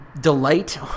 delight